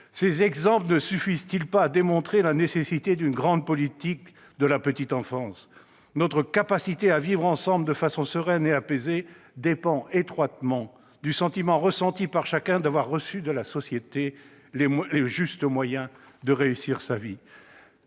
Ces exemples ne suffisent-ils pas à démontrer la nécessité d'une grande politique de la petite enfance ? Notre capacité à vivre ensemble de façon sereine et apaisée dépend étroitement du sentiment ressenti par chacun d'avoir reçu de la société les justes moyens de réussir sa vie.